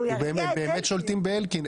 הם באמת שולטים באלקין.